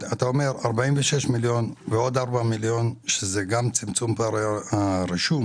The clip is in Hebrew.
אתה אומר ש-46 ממיליון ועוד 4 מיליון שזה גם צמצום פערי הרישום